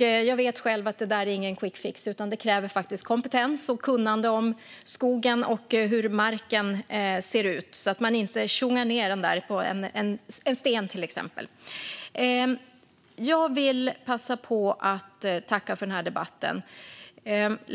Jag vet att det inte är någon quickfix, utan det kräver kompetens och kunnande om skogen och om hur marken ser ut så att man inte tjongar ned plantan på en sten, till exempel. Jag vill passa på att tacka för debatten.